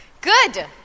Good